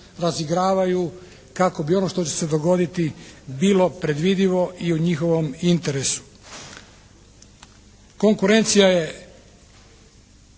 razigravaju kako bi ono što će se dogoditi bilo predvidivo i u njihovom interesu. Konkurencija je